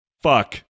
fuck